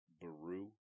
Baru